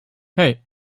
hei